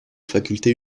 facultés